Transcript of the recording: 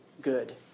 good